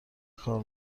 کار